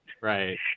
Right